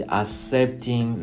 accepting